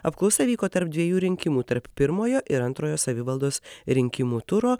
apklausa vyko tarp dviejų rinkimų tarp pirmojo ir antrojo savivaldos rinkimų turo